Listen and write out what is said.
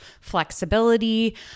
flexibility